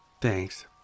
thanks